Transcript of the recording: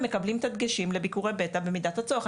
הם מקבלים את הדגשים לביקורי פתע במידת הצורך.